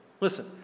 Listen